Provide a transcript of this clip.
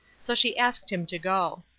so she asked him to go.